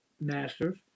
masters